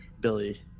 Billy